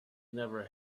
never